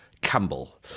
Campbell